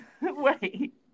wait